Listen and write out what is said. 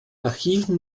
archiven